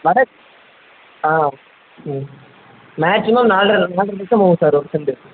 வடக்கு ஆ ம் மேக்சிமம் நால்ரை நால்ரை லெட்சம் போகும் சார் ஒரு செண்டு